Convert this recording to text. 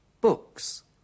books